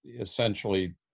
essentially